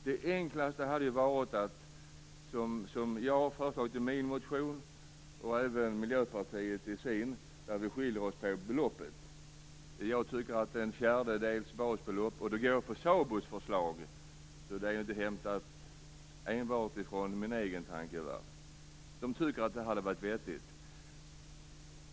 Det enklaste måste vara det som jag har föreslagit i min motion, och som även Miljöpartiet har föreslagit i sin. Vi skiljer oss på beloppet. Jag tycker att det skall vara en fjärdedels basbelopp, och då går jag på SABO:s förslag. Så det är inte hämtat enbart från min egen tankevärld. Man tycker att det hade varit vettigt.